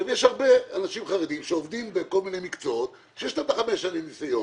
יש הרבה אנשים חרדים שעובדים בכל מיני מקצועות ויש להם חמש שנים ניסיון.